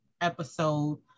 episode